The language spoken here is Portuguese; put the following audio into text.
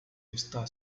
está